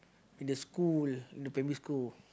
in the school in the primary school